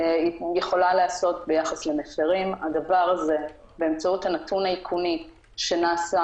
יכולה להיעשות ביחס למפרים באמצעות הנתון האיכוני שנעשה